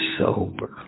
sober